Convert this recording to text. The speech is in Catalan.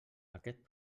aquest